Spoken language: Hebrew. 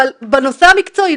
אבל בנושא המקצועי,